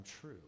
true